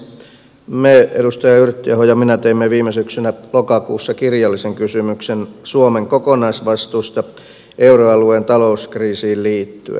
me edustaja yrttiaho ja minä teimme viime syksynä lokakuussa kirjallisen kysymyksen suomen kokonaisvastuusta euroalueen talouskriisiin liittyen